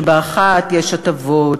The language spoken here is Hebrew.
שבאחת יש הטבות,